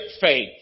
faith